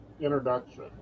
introduction